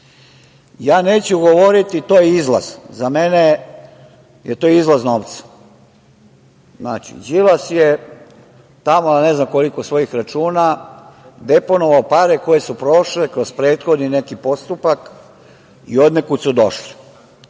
Ja neću govoriti to je izlaz, za mene je to izvoz novca. Znači, Đilas je tamo na, ne znam koliko svojih računa, deponovao pare koje su prošle kroz prethodni neki postupak i odnekud su došle.